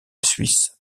suisse